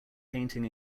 painting